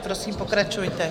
Prosím, pokračujte.